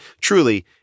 Truly